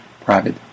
Private